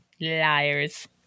Liars